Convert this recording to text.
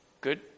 good